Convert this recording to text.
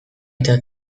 eta